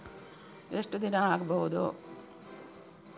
ಎಷ್ಟು ದಿನ ಆಗ್ಬಹುದು?